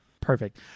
Perfect